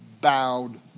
bowed